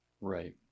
Right